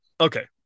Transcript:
Okay